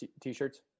t-shirts